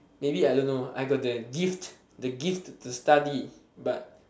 maybe I don't know I got the gift the gift to study but